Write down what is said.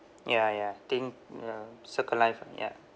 ya ya think ya circle life ah ya